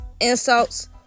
insults